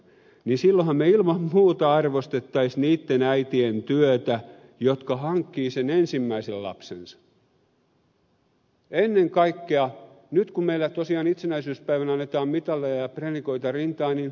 niin silloinhan me ilman muuta arvostaisimme ennen kaikkea nyt niitten äitien työtä jotka hankkivat sen ensimmäisen lapsensa kun meillä tosiaan itsenäisyyspäivänä annetaan mitaleja ja prenikoita rintaan